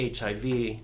HIV